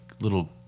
little